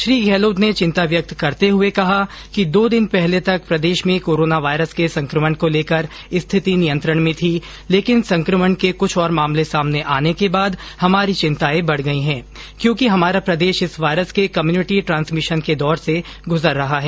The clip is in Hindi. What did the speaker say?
श्री गहलोत ने चिंता व्यक्त करते हुए कहा कि दो दिन पहले तक प्रदेश में कोरोना वायरस के संक्रमण को लेकर स्थिति नियंत्रण में थी लेकिन संक्रमण के कुछ और मामले सामने आने के बाद हमारी चिंताएं बढ़ गई हैं क्योंकि हमारा प्रदेश इस वायरस के कम्यूनिटी ट्रांसमिशन के दौर से गुजर रहा है